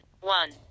one